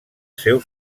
seu